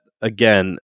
again